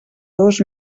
dos